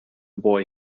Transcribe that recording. boy